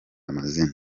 amazina